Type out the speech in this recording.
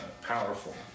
powerful